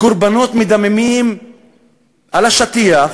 קורבנות מדממים על השטיח,